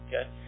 Okay